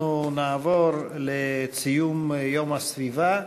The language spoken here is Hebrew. אנחנו נעבור לציון יום הסביבה.